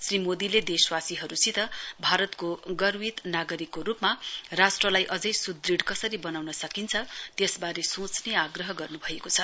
श्री मोदीले देशवासीहरुसित भारतको गर्वित नागरिकको रुपमा राष्ट्रलाई अझै सुदृढ कसरी वनाउन सकिन्छ त्यसबारे सोच्ने आग्रह गर्नुभएको छ